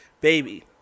baby